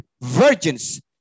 virgins